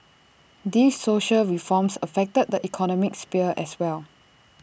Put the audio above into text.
these social reforms affect the economic sphere as well